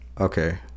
okay